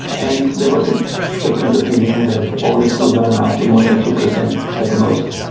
and there was a frequent opinion that all this would not amount to more than a few per cent at the most,